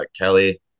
Kelly